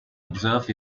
observe